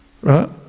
right